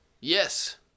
Yes